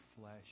flesh